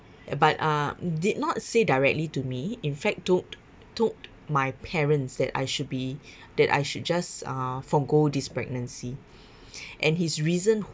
but uh did not say directly to me in fact told told my parents that I should be that I should just uh forego this pregnancy and his reason